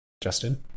Justin